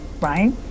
right